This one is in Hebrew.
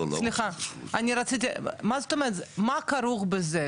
מה כרוך בזה?